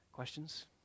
questions